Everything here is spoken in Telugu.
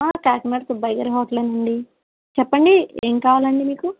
కాకినాడ సుబ్బయ్య గారి హోటలేనండి చెప్పండి ఏం కావాలండి మీకు